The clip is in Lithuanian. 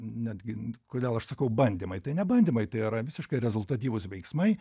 netgi kodėl aš sakau bandymai tai ne bandymai tai yra visiškai rezultatyvūs veiksmai